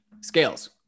scales